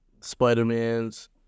Spider-Man's